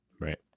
Right